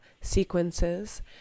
sequences